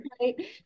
right